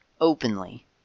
openly